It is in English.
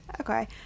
okay